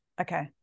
Okay